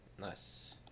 Nice